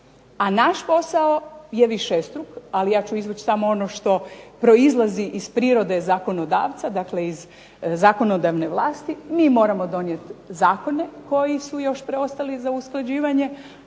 a naš posao je višestruk ali ja ću izvući samo ono što proizlazi iz prirode zakonodavca, dakle iz zakonodavne vlasti, mi moramo donijeti Zakone koji su još ostali za usklađivanje